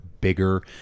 bigger